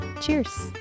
Cheers